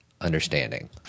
understanding